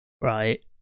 right